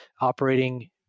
operating